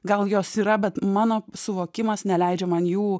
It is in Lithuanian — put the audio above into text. gal jos yra bet mano suvokimas neleidžia man jų